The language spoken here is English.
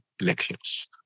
elections